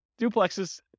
duplexes